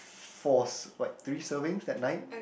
f~ four s~ like three servings that night